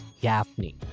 Gaffney